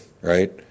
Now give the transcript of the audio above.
Right